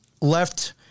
left